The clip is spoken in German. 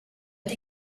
die